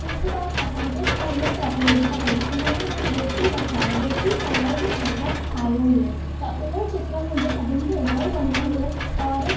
हिकु बार असांजे स्कूल में प्रतियोगिता हुई उन में मां बेटी बचाओ बेटी पढ़ाओ जो चित्र ठाहियो हुयो त उहो चित्र मुंहिंजो सभिनि खे इलाही वणियो हुयो और